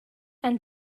and